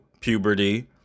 puberty